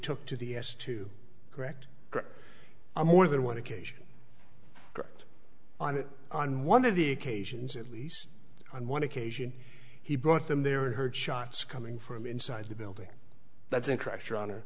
took to the s to correct a more than one occasion correct on one of the occasions at least on one occasion he brought them there and heard shots coming from inside the building that's incorrect